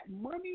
money